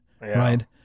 Right